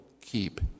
keep